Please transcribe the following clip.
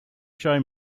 show